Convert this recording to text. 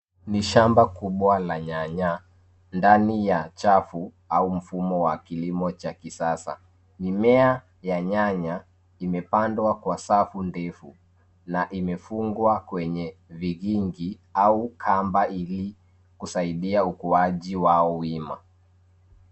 Ni shamba kubwa la nyanya, ndani ya chafu au mfumo wa kilimo cha kisasa. Mimea ya nyanya imepandwa kwa safu ndefu na imefungwa kwenye vigingi au kamba ili kusaidia ukuaji wao wima.